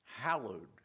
hallowed